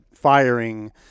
Firing